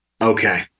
Okay